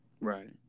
Right